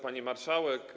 Pani Marszałek!